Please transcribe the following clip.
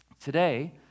Today